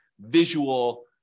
visual